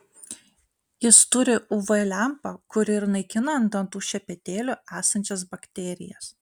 jis turi uv lempą kuri ir naikina ant dantų šepetėlių esančias bakterijas